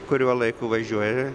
kuriuo laiku važiuoja